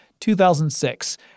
2006